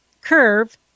Curve